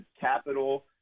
capital